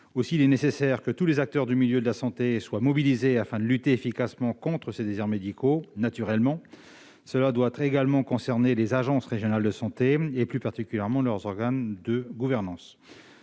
Aussi, il est nécessaire que tous les acteurs du milieu de la santé soient mobilisés, afin de lutter efficacement contre ces déserts médicaux. Naturellement, cela doit également concerner les agences régionales de santé et, plus particulièrement, leurs organes de gouvernance.